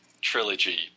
trilogy